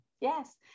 Yes